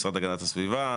משרד הגנת הסביבה,